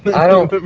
but i don't